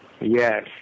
yes